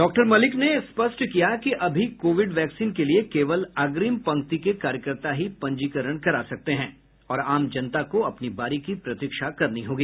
उन्होंने स्पष्ट किया कि अभी कोविड वैक्सीन के लिए केवल अग्रिम पंक्ति के कार्यकर्ता ही पंजीकरण करा सकते हैं और आम जनता को अपनी बारी की प्रतीक्षा करनी होगी